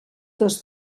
dos